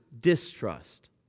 distrust